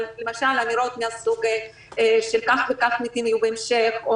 למשל אמירות שכך וכך מתים יהיו בהמשך,